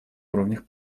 уровнях